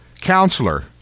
counselor